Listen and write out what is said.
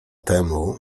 temu